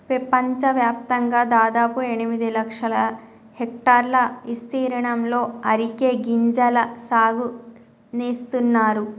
పెపంచవ్యాప్తంగా దాదాపు ఎనిమిది లక్షల హెక్టర్ల ఇస్తీర్ణంలో అరికె గింజల సాగు నేస్తున్నారు